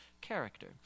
character